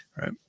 right